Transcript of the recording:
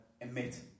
emit